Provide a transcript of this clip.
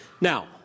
Now